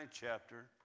chapter